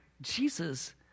Jesus